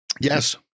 Yes